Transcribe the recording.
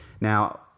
now